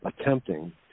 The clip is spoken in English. attempting